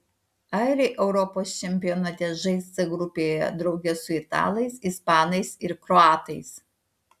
airiai europos čempionate žais c grupėje drauge su italais ispanais ir kroatais